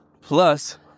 plus